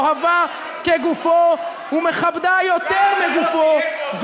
אוהבה כגופו ומכבדה יותר מגופו,